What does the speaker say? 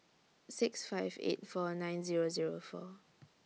six five eight four nine Zero Zero four